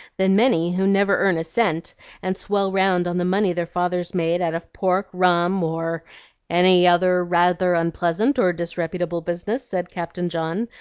than many who never earn a cent and swell round on the money their fathers made out of pork, rum, or any other rather unpleasant or disreputable business, said captain john,